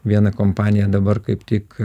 viena kompanija dabar kaip tik